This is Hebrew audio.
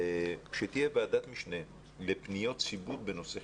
שתהיה ועדת משנה לפניות ציבור בנושא חינוך.